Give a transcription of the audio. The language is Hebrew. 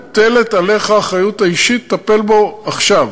מוטלת עליך האחריות האישית לטפל בו עכשיו.